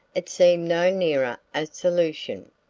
it seemed no nearer a solution.